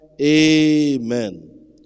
Amen